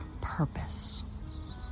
purpose